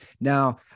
Now